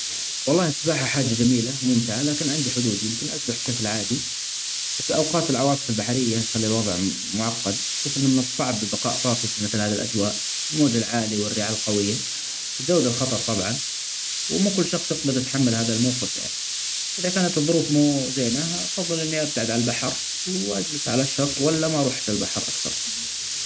والله السباحه حاجة جميلة ممتعه لكن عندي حدود ،يمكن أسبح بشكل عادي بس أوقات العواصف البحرية تخلي الوضع م-معقد ، تشوف أنه من الصعب البقاء طافي مثل هذي الأجواء ،الموج العالي والرياح القوية تزود الخطر طبعا. ومو كل شخص يقدر يتحمل هدا الموقف يعني إذا كانت الظروف مو زينة أفضل إني أبتعد عن البحر وأجلس علي الشط ولا مرحش البحر أصلا.